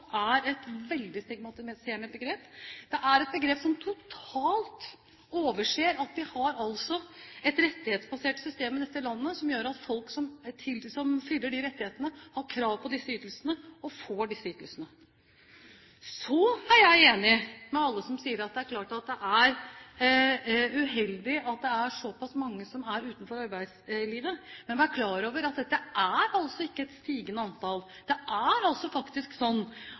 er et veldig stigmatiserende begrep. Det er et begrep som totalt overser at vi har et rettighetsbasert system i dette landet som gjør at folk som oppfyller disse rettighetene, har krav på disse ytelsene og får disse ytelsene. Så er jeg enig med alle som sier at det er klart at det er uheldig at det er såpass mange som er utenfor arbeidslivet. Men vær klar over at dette altså ikke er et stigende antall. Det er faktisk